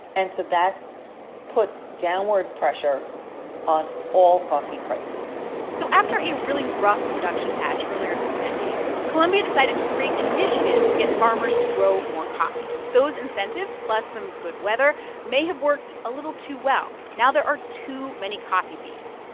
and so that's put downward pressure on all coffee prices so after a really rough production patch earlier this decade, colombia decided to create initiatives to get farmers to grow more coffee. those incentives plus some good weather may have worked a little too well. now there are too many coffee beans.